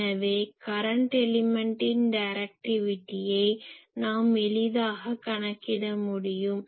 எனவே கரன்ட் எலிமென்டின் டைரக்டிவிட்டியை நாம் எளிதாகக் கணக்கிட முடியும்